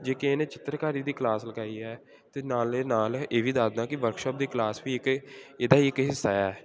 ਜੇ ਕਿਸੇ ਨੇ ਚਿੱਤਰਕਾਰੀ ਦੀ ਕਲਾਸ ਲਗਾਈ ਹੈ ਅਤੇ ਨਾਲ ਨਾਲ ਇਹ ਵੀ ਦੱਸਦਾ ਕਿ ਵਰਕਸ਼ੋਪ ਦੀ ਕਲਾਸ ਵੀ ਇੱਕ ਇਹਦਾ ਹੀ ਇੱਕ ਹਿੱਸਾ ਹੈ